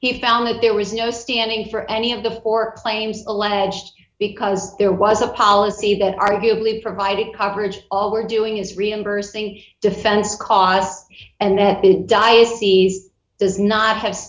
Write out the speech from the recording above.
he found that there was no standing for any of the four claims alleged because there was a policy that arguably provided coverage all we're doing is reimbursing defense costs and their diocese does not have